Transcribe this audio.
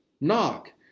Knock